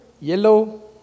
Yellow